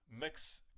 mix